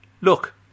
Look